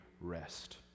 rest